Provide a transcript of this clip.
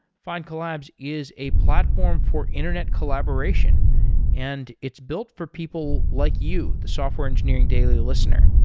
find collabs is a platform for internet collaboration and it's built for people like you, the software engineering daily listener.